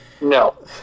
No